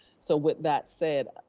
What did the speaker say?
so with that said,